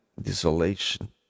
desolation